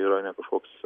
yra ne kažkoks